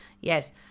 yes